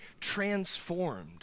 transformed